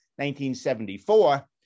1974